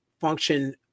function